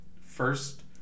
first